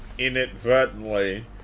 inadvertently